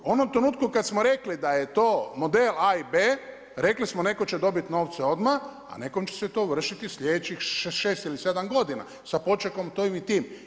U onom trenutku kad smo rekli da je to model A i B, rekli smo netko će dobit novce odmah, a nekom će se to ovršiti sljedećih 6 ili 7 godina sa počekom tim i tim.